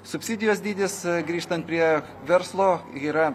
subsidijos dydis grįžtant prie verslo yra